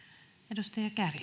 arvoisa